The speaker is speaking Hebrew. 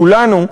כולנו,